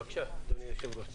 בבקשה, אדוני היושב-ראש.